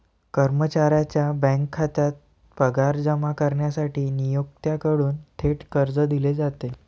कर्मचाऱ्याच्या बँक खात्यात पगार जमा करण्यासाठी नियोक्त्याकडून थेट कर्ज दिले जाते